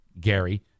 Gary